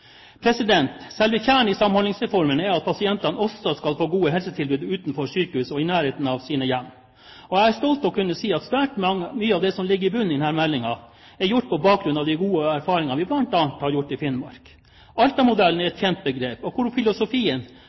Selve kjernen i Samhandlingsreformen er at pasientene også skal få gode helsetilbud utenfor sykehus og i nærheten av sine hjem. Jeg er stolt over å kunne si at svært mye av det som ligger i bunnen for denne meldingen, er gjort på bakgrunn av de gode erfaringene vi bl.a. har gjort i Finnmark. «Alta-modellen» er et kjent begrep, hvor filosofien